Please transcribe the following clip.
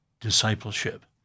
discipleship